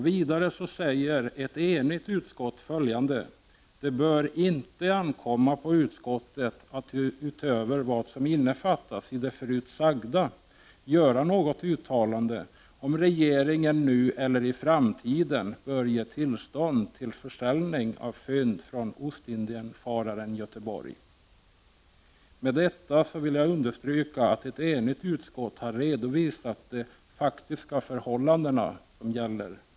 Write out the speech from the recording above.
Vidare säger ett enigt utskott följande: ”Det bör inte ankomma på utskottet att — utöver vad som innefattas i det förut sagda — göra något uttalande om regeringen nu eller i framtiden bör ge tillstånd till försäljning av fynd från Ostindiefararen Götheborg.” Med detta vill jag understryka att ett enigt utskott har redovisat de faktiska förhållanden som nu gäller.